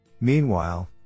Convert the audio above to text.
Meanwhile